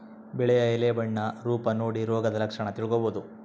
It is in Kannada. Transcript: ಬೆಳೆಯ ಎಲೆ ಬಣ್ಣ ರೂಪ ನೋಡಿ ರೋಗದ ಲಕ್ಷಣ ತಿಳ್ಕೋಬೋದು